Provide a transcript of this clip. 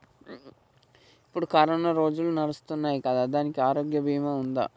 ఇప్పుడు కరోనా రోజులు నడుస్తున్నాయి కదా, దానికి ఆరోగ్య బీమా ఉందా?